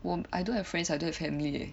我 I don't have friends I don't have family eh